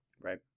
Right